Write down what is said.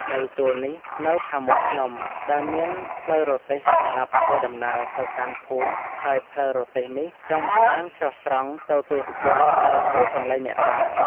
ដីទួលនេះនៅខាងមុខភ្នំ ដែលមានផ្លូវរទេះសម្រាប់ធ្វើដំណើរទៅកាន់ភូមិហើយផ្លូវរទេះនេះចុងម្ខាងចុះត្រង់ទៅទួលខ្ពស់ដែលជាកន្លែងអ្នកតា ។